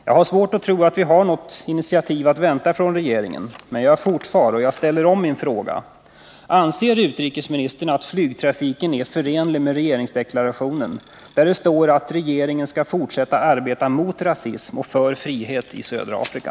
Jag har svårt att tro att vi har något initiativ att vänta från regeringen, men jag frågar åter: Anser utrikesministern att flygtrafiken är förenlig med regeringsdeklarationen, där det står att regeringen skall fortsätta att arbeta mot rasism och för frihet i södra Afrika?